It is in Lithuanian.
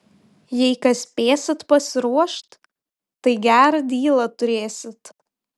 jei kas spėsit pasiruošt tai gerą dylą turėsit